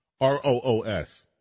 R-O-O-S